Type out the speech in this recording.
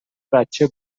بچه